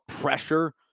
pressure